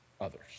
others